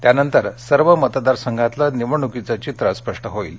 त्यानंतर सर्व मतदार संघातलं निवडणुकीचं चित्र स्पष्ट होईल